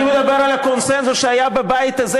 אני מדבר על הקונסנזוס שהיה בבית הזה,